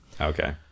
okay